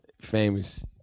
famous